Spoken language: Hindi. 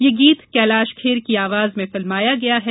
यह गीत कैलाश खेर की आवाज में फिल्माया गया है